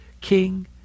king